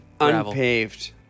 Unpaved